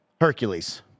Hercules